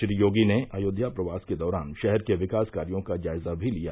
श्री योगी ने अयोध्या प्रवास के दौरान शहर के विकास कार्यो का जायज़ा भी लिया